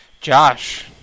Josh